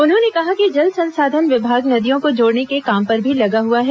उन्होंने कहा कि जल संसाधन विभाग नदियों को जोड़ने के काम पर भी लगा हुआ है